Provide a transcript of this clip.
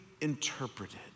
interpreted